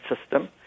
system